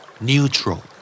Neutral